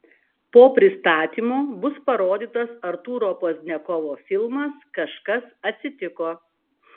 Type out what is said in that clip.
po pristatymo bus parodytas artūro pozdniakovo filmas kažkas atsitiko